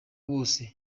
bose